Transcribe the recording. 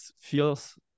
feels